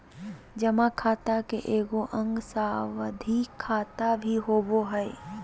जमा खाता के एगो अंग सावधि खाता भी होबो हइ